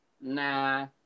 nah